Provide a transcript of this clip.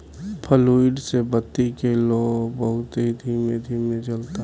fluid से बत्ती के लौं बहुत ही धीमे धीमे जलता